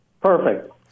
Perfect